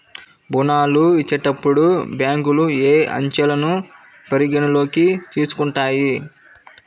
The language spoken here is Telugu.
ఋణాలు ఇచ్చేటప్పుడు బ్యాంకులు ఏ అంశాలను పరిగణలోకి తీసుకుంటాయి?